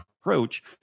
approach